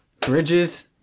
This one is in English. Bridges